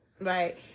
right